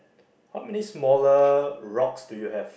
how many smaller rocks do you have